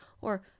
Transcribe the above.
or